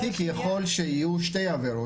התיק יכול שיהיו שתי עבירות,